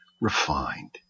refined